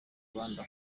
rwanda